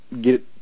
get